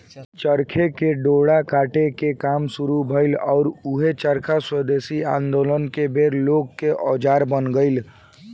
चरखे से डोरा काटे के काम शुरू भईल आउर ऊहे चरखा स्वेदेशी आन्दोलन के बेर लोग के औजार बन गईल